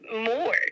more